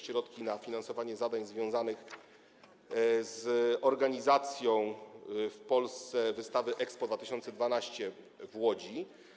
Środki na finansowanie zadań związanych z organizacją w Polsce Wystawy EXPO 2022 w Łodzi.